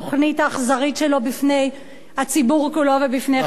האכזרית שלו בפני הציבור כולו ובפני חברי הכנסת.